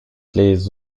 les